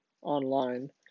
online